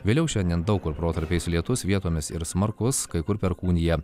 vėliau šiandien daug kur protarpiais lietus vietomis ir smarkus kai kur perkūnija